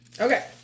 Okay